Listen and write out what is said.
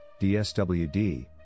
DSWD